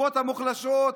לשכבות המוחלשות,